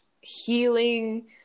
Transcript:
healing